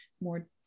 more